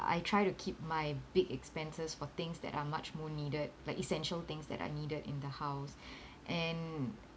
I try to keep my big expenses for things that are much more needed like essential things that are needed in the house and